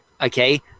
okay